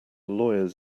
lawyers